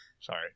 Sorry